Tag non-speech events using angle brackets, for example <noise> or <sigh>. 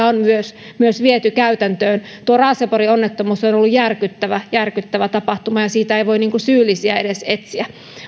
<unintelligible> on myös myös viety käytäntöön tuo raaseporin onnettomuus on on ollut järkyttävä järkyttävä tapahtuma ja siitä ei voi syyllisiä edes etsiä